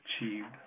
achieved